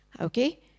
Okay